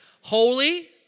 holy